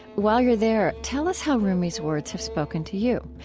while you're there, tell us how rumi's words have spoken to you.